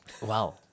wow